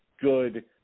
good